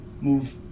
move